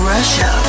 Russia